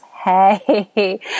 Hey